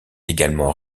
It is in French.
également